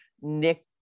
Nick